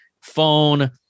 phone